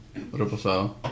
Reposado